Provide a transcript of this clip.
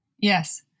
Yes